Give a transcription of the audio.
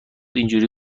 اینجوری